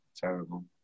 Terrible